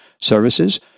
services